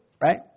right